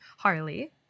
Harley